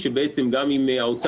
כמה שנים אתה בתפקיד?